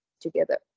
together